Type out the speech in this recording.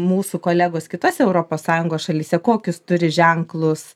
mūsų kolegos kitose europos sąjungos šalyse kokius turi ženklus